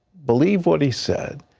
believe what he said,